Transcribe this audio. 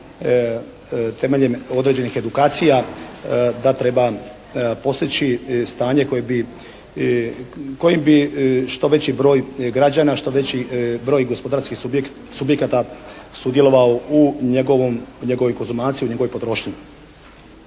temeljem određenih edukacija da treba postići stanje kojim bi što veći broj građana, što veći broj gospodarskih subjekata sudjelovao u njegovoj konzumaciji, u njegovoj potrošnji.